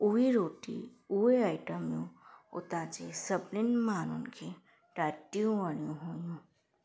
उहे रोटी उहे आइटमियूं उतां जी सभिनिनि माण्हुनि खे ॾाढियूं वणियूं हुयूं